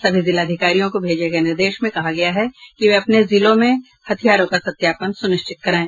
सभी जिलाधिकारियों को भेजे गये निर्देश में कहा गया है कि वे अपने जिलों में हथियारों का सत्यापन सुनिश्चित करायें